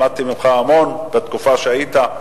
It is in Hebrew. למדתי אתך המון בתקופה שהיית,